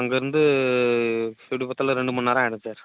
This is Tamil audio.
அங்கேருந்து எப்படி பார்த்தாலும் ரெண்டு மணிநேரம் ஆகிடும் சார்